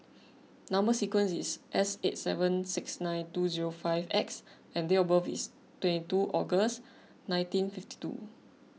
Number Sequence is S eight seven six nine two zero five X and date of birth is twenty two August nineteen fifty two